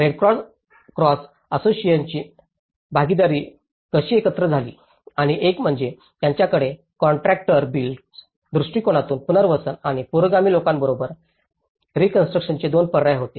Red Cross असोसिएशनची भागीदारी कशी एकत्र झाली आणि एक म्हणजे त्यांच्याकडे कॉन्ट्रॅक्टर बिल्ट दृष्टिकोनसह पुनर्वसन आणि पुरोगामी लोकांबरोबर रीकॉन्स्ट्रुकशनचे दोन पर्याय होते